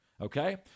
Okay